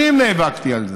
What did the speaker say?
שנים נאבקתי על זה.